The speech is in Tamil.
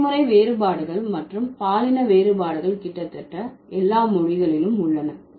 தலைமுறை வேறுபாடுகள் மற்றும் பாலின வேறுபாடுகள் கிட்டத்தட்ட எல்லா மொழிகளிலும் உள்ளன